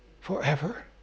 Forever